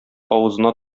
авызына